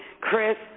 Chris